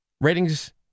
Ratings